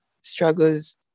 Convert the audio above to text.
struggles